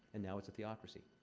and now, it's a theocracy.